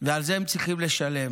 ועל זה הם צריכים לשלם.